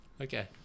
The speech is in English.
Okay